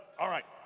all right.